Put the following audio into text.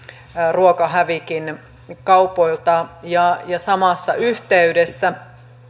ruokahävikin kaupoilta samassa yhteydessä